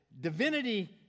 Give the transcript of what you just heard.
divinity